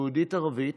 יהודית-ערבית,